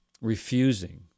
refusing